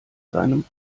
seinem